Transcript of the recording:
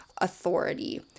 authority